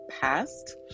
past